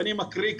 ואני מקריא,